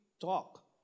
talk